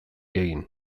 egin